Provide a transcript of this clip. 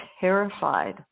terrified